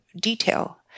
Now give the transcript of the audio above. detail